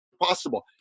possible